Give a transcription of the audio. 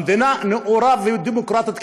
במדינה שאמורה להיות נאורה ודמוקרטית,